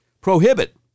prohibit